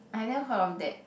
I never heard of that